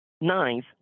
Ninth